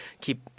keep